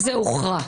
זה הוכרע.